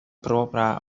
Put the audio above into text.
propra